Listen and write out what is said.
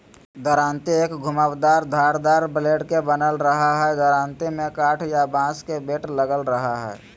दरांती एक घुमावदार धारदार ब्लेड के बनल रहई हई दरांती में काठ या बांस के बेट लगल रह हई